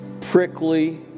prickly